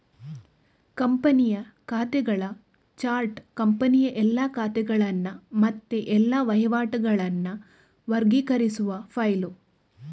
ಕಂಪನಿಯ ಖಾತೆಗಳ ಚಾರ್ಟ್ ಕಂಪನಿಯ ಎಲ್ಲಾ ಖಾತೆಗಳನ್ನ ಮತ್ತೆ ಎಲ್ಲಾ ವಹಿವಾಟುಗಳನ್ನ ವರ್ಗೀಕರಿಸುವ ಫೈಲು